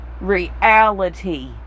reality